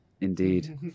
indeed